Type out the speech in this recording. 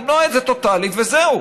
למנוע את זה טוטלית וזהו.